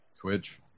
Twitch